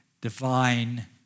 divine